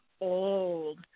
old